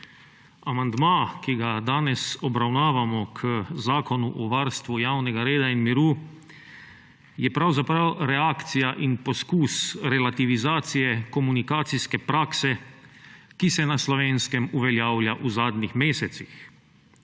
Amandma, ki ga danes obravnavamo k Zakonu o varstvu javnega reda in miru, je pravzaprav reakcija in poskus relativizacije komunikacijske prakse, ki se na Slovenskem uveljavlja v zadnjih mesecih.